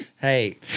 Hey